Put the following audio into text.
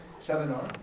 seminar